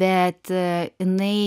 bet jinai